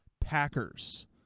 Packers